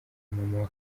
mama